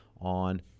on